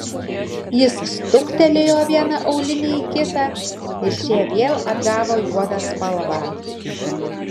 jis stuktelėjo vieną aulinį į kitą ir šie vėl atgavo juodą spalvą